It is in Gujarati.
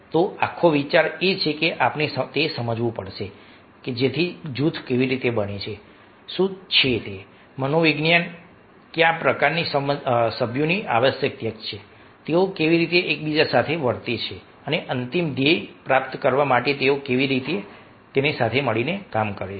તો આખો વિચાર એ છે કે આપણે સમજવું પડશે કે જૂથો કેવી રીતે બને છે શું છે મનોવિજ્ઞાન કયા પ્રકારના સભ્યોની આવશ્યકતા છે તેઓ કેવી રીતે એકબીજા સાથે વર્તે છે અને અંતિમ ધ્યેય પ્રાપ્ત કરવા માટે તેઓ કેવી રીતે સાથે મળીને કામ કરે છે